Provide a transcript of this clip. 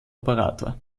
operator